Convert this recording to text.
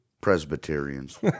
Presbyterians